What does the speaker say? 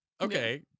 Okay